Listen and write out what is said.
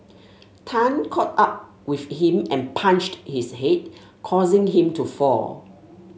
Tan caught up with him and punched his head causing him to fall